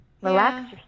Relax